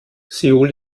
seoul